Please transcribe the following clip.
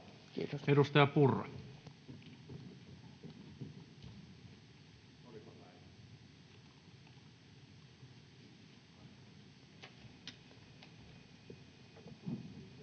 Kiitos. Edustaja Kopra. Arvoisa